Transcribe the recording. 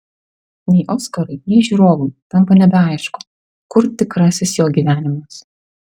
nei oskarui nei žiūrovui tampa nebeaišku kur tikrasis jo gyvenimas